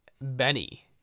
Benny